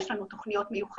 יש לנו תוכניות מיוחדות